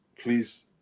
please